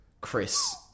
Chris